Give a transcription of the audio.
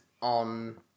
on